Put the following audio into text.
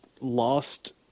lost